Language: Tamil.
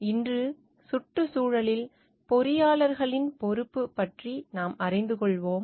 இன்று சுற்றுச்சூழலில் பொறியாளர்களின் பொறுப்பு பற்றி அறிந்து கொள்வோம்